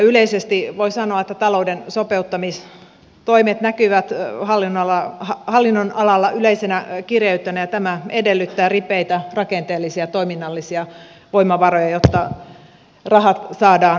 yleisesti voi sanoa että talouden sopeuttamistoimet näkyvät hallinnonalalla yleisenä kireytenä ja tämä edellyttää ripeitä rakenteellisia toiminnallisia voimavaroja jotta rahat saadaan riittämään